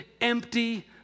empty